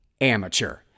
amateur